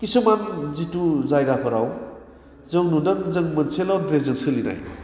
खिसुमान जिथु जायगाफोराव जों नुदों जों मोनसेल' ड्रेसजों सोलिनाय